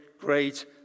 great